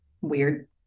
weird